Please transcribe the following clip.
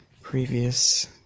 previous